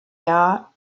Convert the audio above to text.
jahr